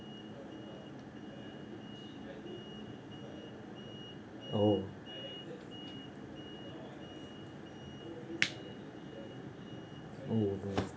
oh oh man